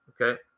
Okay